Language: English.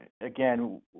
again